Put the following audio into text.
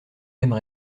mêmes